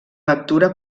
lectura